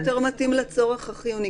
זה יותר מתאים לצורך החיוני,